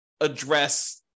address